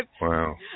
Wow